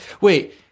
Wait